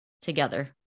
together